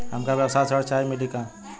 हमका व्यवसाय ऋण चाही मिली का?